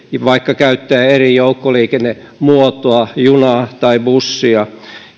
vaikka käyttää eri joukkoliikennemuotoa junaa tai bussia